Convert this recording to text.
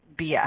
BS